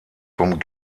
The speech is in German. vom